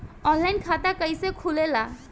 Online खाता कइसे खुलेला?